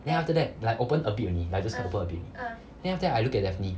then after that like open a bit only like just open a bit then after that I look at daphne